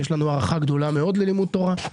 ויש לנו הערכה גדולה ללימוד תורה,